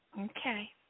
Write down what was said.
Okay